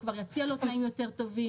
הוא כבר יציע לו תנאים יותר טובים,